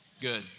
Good